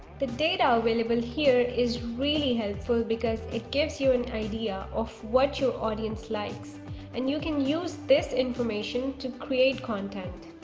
the data available here is really helpful because it gives you an idea of what your audience likes and you can use this information to create content.